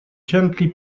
gently